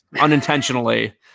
unintentionally